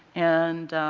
and,